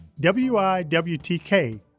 WIWTK